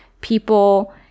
people